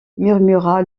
murmura